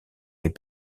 est